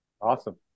Awesome